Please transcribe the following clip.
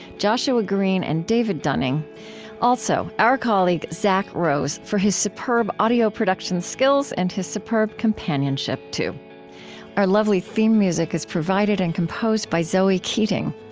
joshua greene, and david dunning also, our colleague, zack rose, for his superb audio production skills and his superb companionship, too our lovely theme music is provided and composed by zoe keating.